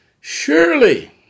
Surely